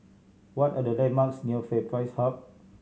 what are the landmarks near FairPrice Hub